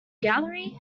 gallery